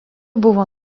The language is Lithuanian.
buvo